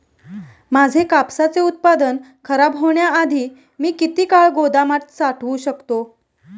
माझे कापसाचे उत्पादन खराब होण्याआधी मी किती काळ गोदामात साठवू शकतो?